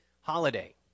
holiday